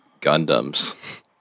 Gundams